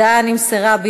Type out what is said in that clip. נתקבלה.